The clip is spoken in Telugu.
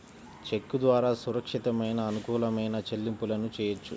చెక్కు ద్వారా సురక్షితమైన, అనుకూలమైన చెల్లింపులను చెయ్యొచ్చు